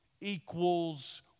equals